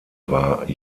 war